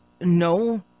No